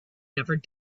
never